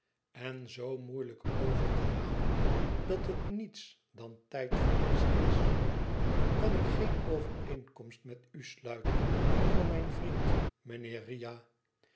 en zoo moeilijk over te haien dat het niets dan tijdverlies is kan ik geen overeenkomst met u sluiten voor mijn vriend mijnheer riah